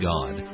God